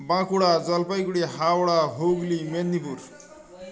Bankura Jalpaiguri Howrah Hooghly Medinipur